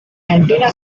antenna